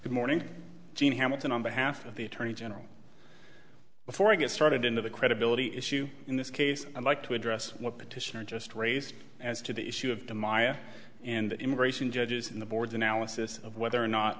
good morning jeanne hamilton on behalf of the attorney general before i get started into the credibility issue in this case i'd like to address what petitioner just raised as to the issue of the maya and immigration judges in the board analysis of whether or not